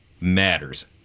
matters